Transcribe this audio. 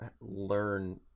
learn